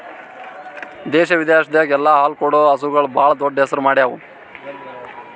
ದೇಶ ವಿದೇಶದಾಗ್ ಎಲ್ಲ ಹಾಲು ಕೊಡೋ ಹಸುಗೂಳ್ ಭಾಳ್ ದೊಡ್ಡ್ ಹೆಸರು ಮಾಡ್ಯಾವು